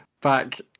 back